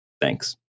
Thanks